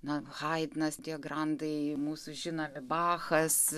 na haidnas tie grandai mūsų žinomi bachas